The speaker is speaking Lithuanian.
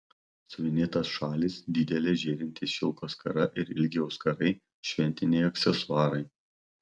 siuvinėtas šalis didelė žėrinti šilko skara ir ilgi auskarai šventiniai aksesuarai